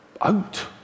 out